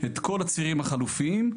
את כל הצירים החלופיים,